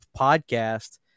podcast